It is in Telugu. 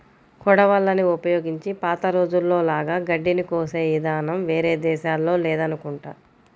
కొడవళ్ళని ఉపయోగించి పాత రోజుల్లో లాగా గడ్డిని కోసే ఇదానం వేరే దేశాల్లో లేదనుకుంటా